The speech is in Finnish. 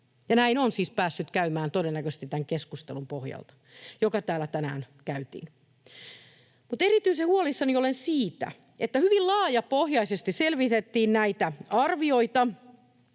näin on siis päässyt käymään todennäköisesti tämän keskustelun pohjalta, joka täällä tänään käytiin. Mutta erityisen huolissani olen siitä, että hyvin laajapohjaisesti selvitettiin näitä arvioita